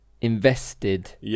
invested